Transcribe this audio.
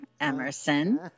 Emerson